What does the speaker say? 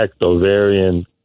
ovarian